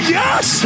yes